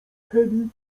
chemii